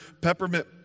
peppermint